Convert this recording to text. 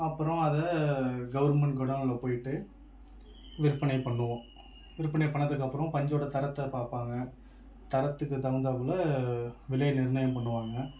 அப்புறம் அதை கவர்மெண்ட் குடோன்ல போய்ட்டு விற்பனை பண்ணுவோம் விற்பனை பண்ணதுக்கு அப்புறம் பஞ்சோட தரத்தை பார்ப்பாங்க தரத்துக்கு தகுந்தாப்புல விலையை நிர்ணயம் பண்ணுவாங்கள்